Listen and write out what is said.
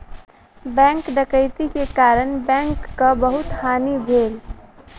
bank डकैती के कारण बैंकक बहुत हानि भेल